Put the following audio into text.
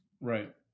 right